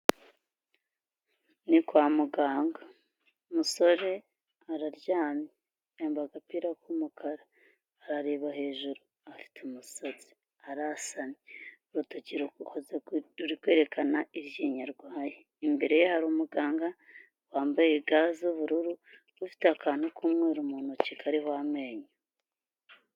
Ni kwa muganga, umusore araryamye, yambaye agapira k'umukara, arareba hejuru, afite umusatsi, arasamye, urutoki ruri kwerekana iryinyo arwaye, imbere ye hari umuganga wambaye ga z'ubururu, ufite akantu k'umweru mu ntoki kariho amenyo.